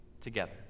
together